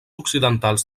occidentals